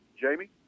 Jamie